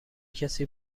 کسی